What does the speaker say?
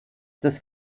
des